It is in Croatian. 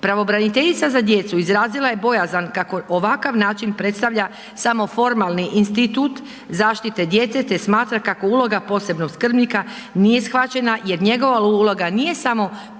Pravobraniteljica za djecu izrazila je bojazan kako ovakav način predstavlja samo formalni institut zaštite djece te smatra kako uloga posebnog skrbnika nije shvaćena jer njegova uloga nije samo